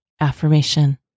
affirmation